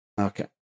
Okay